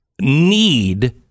need